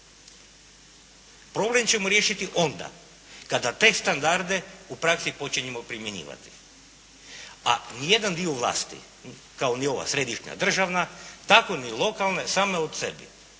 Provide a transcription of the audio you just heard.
Problem ćemo riješiti onda kada te standarde u praksi počinjemo primjenjivati. A niti jedan dio vlasti, kao ni ova središnja državna, tako ni lokalne same o sebi